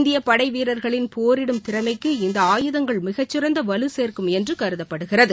இந்திய படை வீரர்களின் போரிடும் திறமைக்கு இந்த ஆயுதங்கள் மிகச்சிறந்த வலு சேர்க்கும் என்று கருதப்படுகிறது